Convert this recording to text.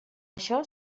això